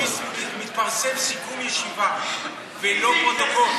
מתפרסם סיכום ישיבה ולא פרוטוקול.